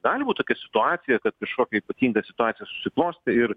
gali būt tokia situacija kad kažkokia ypatinga situacija susiklostė ir